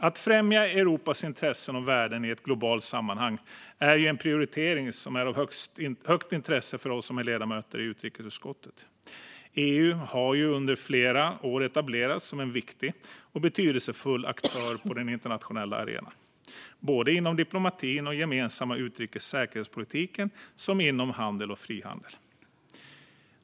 Att främja Europas intressen och värden i ett globalt sammanhang är en prioritering som är av högt intresse för oss som är ledamöter i utrikesutskottet. EU har under flera år etablerat sig som en viktig och betydelsefull aktör på den internationella arenan, såväl inom diplomatin och den gemensamma utrikes och säkerhetspolitiken som inom handeln och frihandeln.